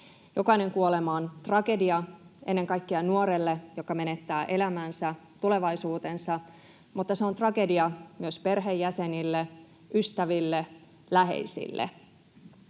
Jokainen kuolema on tragedia ennen kaikkea nuorelle, joka menettää elämänsä ja tulevaisuutensa, mutta se on tragedia myös perheenjäsenille, ystäville ja läheisille.